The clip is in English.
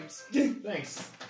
Thanks